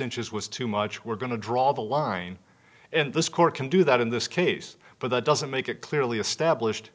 inches was too much we're going to draw the line and this court can do that in this case but that doesn't make it clearly established